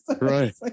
right